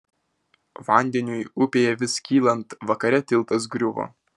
vandeniui upėje vis kylant vakare tiltas griuvo